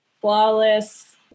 flawless